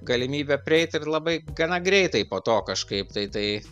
galimybę prieit ir labai gana greitai po to kažkaip tai tai